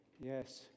Yes